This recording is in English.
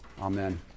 Amen